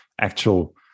actual